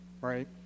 right